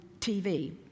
TV